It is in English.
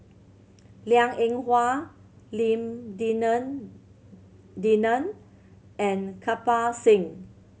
Liang Eng Hwa Lim Denan Denon and Kirpal Singh